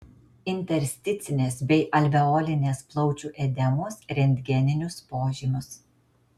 intersticinės bei alveolinės plaučių edemos rentgeninius požymius